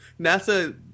NASA